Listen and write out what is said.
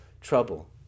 trouble